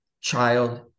child